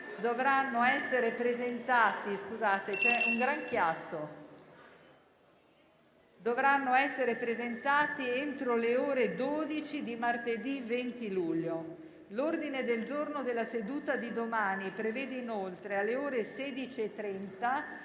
dovranno essere presentati entro le ore 12 di martedì 20 luglio. L'ordine del giorno della seduta di domani prevede inoltre, alle ore 16,30,